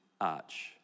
arch